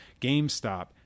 GameStop